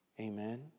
Amen